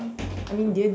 I mean dear dear